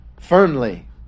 firmly